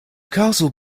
castle